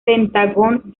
pentagón